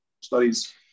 studies